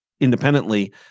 independently